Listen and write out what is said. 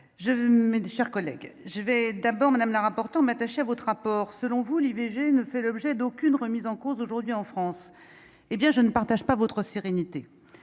mes chers collègues, je vais d'abord Madame la rapporteure m'attacher à votre rapport, selon vous, l'IVG ne fait l'objet d'aucune remise en cause aujourd'hui en France, hé bien je ne partage pas votre sérénité